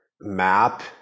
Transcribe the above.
map